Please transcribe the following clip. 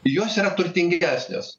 jos yra turtingesnės